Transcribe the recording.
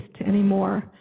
anymore